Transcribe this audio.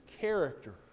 character